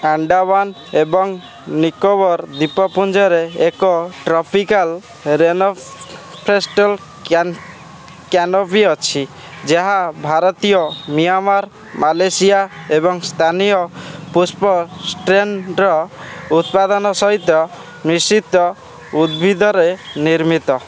ଆଣ୍ଡାମାନ ଏବଂ ନିକୋବର ଦ୍ୱୀପପୁଞ୍ଜରେ ଏକ ଟ୍ରପିକାଲ୍ ରେନଫରେଷ୍ଟ କ୍ୟାନୋପି ଅଛି ଯାହା ଭାରତୀୟ ମିଆଁମାର ମାଲେସିଆ ଏବଂ ସ୍ଥାନୀୟ ପୁଷ୍ପ ଷ୍ଟ୍ରେନ୍ର ଉପାଦାନ ସହିତ ମିଶ୍ରିତ ଉଦ୍ଭିଦରେ ନିର୍ମିତ